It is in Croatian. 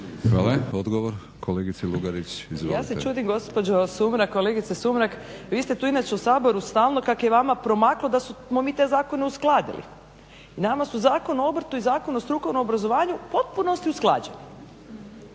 Hvala. Odgovor kolegice Lugarić. Izvolite. **Lugarić, Marija (SDP)** Ja se čudim kolegice Sumrak vi ste tu inače u Saboru stalno kak je vama promaklo da smo mi te zakone uskladili i nama su Zakon o obrtu i Zakon o strukovnom obrazovanju u potpunosti usklađeni